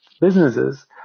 businesses